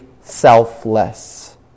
selfless